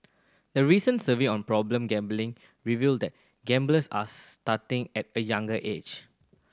a recent survey on problem gambling revealed that gamblers are starting at a younger age